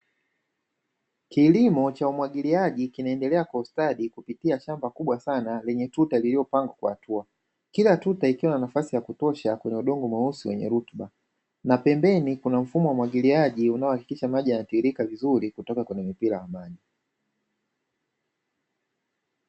Kilimo cha umwagiliaji kinaendelea kwa ustadi kupitia shamba kubwa sana lenye tuta lililopangwa kwa hatua, kila tuta likiwa na nafasi ya kutosha kwenye udongo mweusi wenye rutuba. Na pembeni kuna mfumo wa umwagiliaji unaohakikisha maji yanatiririka vizuri kutoka kwenye mipira ya maji.